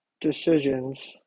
decisions